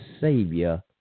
savior